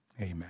amen